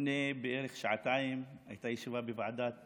לפני בערך שעתיים הייתה ישיבה בוועדת הפנים,